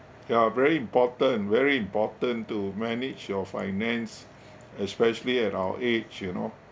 ya very important very important to manage your finance especially at our age you know